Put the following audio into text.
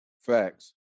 Facts